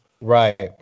Right